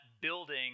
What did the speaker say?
building